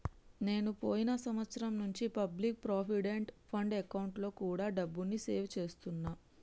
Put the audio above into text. నేను పోయిన సంవత్సరం నుంచి పబ్లిక్ ప్రావిడెంట్ ఫండ్ అకౌంట్లో కూడా డబ్బుని సేవ్ చేస్తున్నా